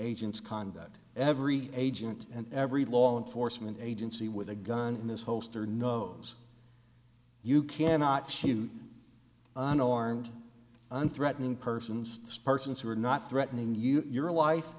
agent's cond that every agent and every law enforcement agency with a gun in this holster knows you cannot shoot unarmed and threatening persons sparseness who are not threatening you your life